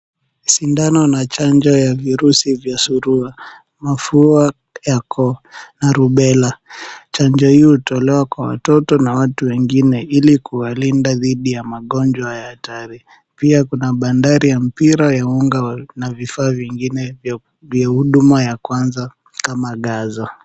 Sindano na chanjo ya virusi vya surua, mafua ya koo na rubela. Chanjo hiyo hutolewa kwa watoto na watu wengine ili kuwalinda dhidi ya magonjwa haya hatari. Pia kuna bandari ya mpira ya unga, na vifaa vingine vya huduma ya kwanza kama gazo.